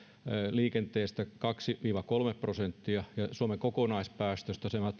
liikenteestä kaksi viiva kolme prosenttia ja suomen kokonaispäästöistä